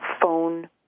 phone